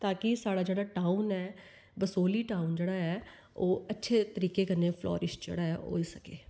बाकी साढ़ा जेहड़ा टाउन ऐ बसोह्ली टाउन जेहड़ा ऐ ओह् अच्छे तरीके कन्नै फलोरिश होआ दा ऐ अग्गै